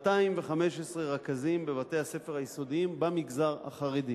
215 רכזים בבתי-הספר היסודיים במגזר החרדי.